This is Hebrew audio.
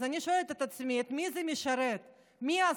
אז אני שואלת את עצמי: את מי זה משרת?